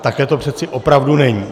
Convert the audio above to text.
Takhle to přeci opravdu není.